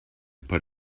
put